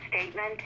statement